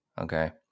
okay